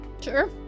Sure